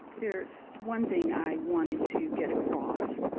there's one thing i wanted to get across